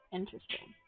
interesting